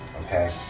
Okay